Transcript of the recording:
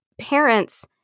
parents